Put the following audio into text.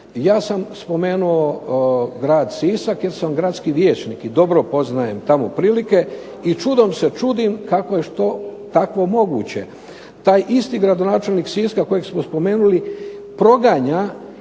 Ja sam spomenuo grad Sisak jer sam gradski vijećnik i dobro poznajem tamo prilike i čudom se čudim kako je što takvo moguće. Taj isti gradonačelnik Siska kojeg smo spomenuli proganja